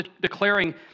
declaring